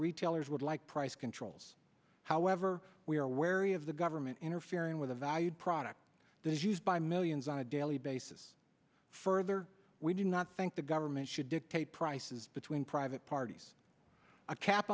retailers would like price controls however we are wary of the government interfering with a valued product that is used by millions on a daily basis further we do not think the government should dictate prices between private parties a cap